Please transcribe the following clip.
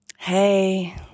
hey